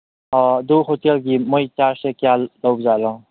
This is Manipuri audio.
ꯑꯥ ꯑꯗꯨ ꯍꯣꯇꯦꯜꯒꯤ ꯃꯈꯣꯏꯒꯤ ꯆꯥꯛꯁꯦ ꯀꯌꯥ ꯂꯧꯕ ꯖꯥꯠꯂꯣ